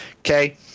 Okay